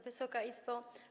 Wysoka Izbo!